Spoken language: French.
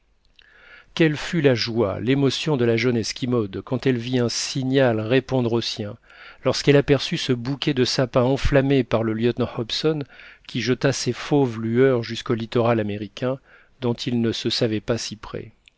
quelle fut la joie l'émotion de la jeune esquimaude quand elle vit un signal répondre au sien lorsqu'elle aperçut ce bouquet de sapins enflammé par le lieutenant hobson qui jeta ses fauves lueurs jusqu'au littoral américain dont il ne se savait pas si près